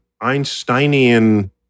Einsteinian